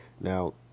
Now